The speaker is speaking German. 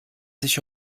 sich